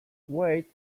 wait